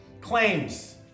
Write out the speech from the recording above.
Claims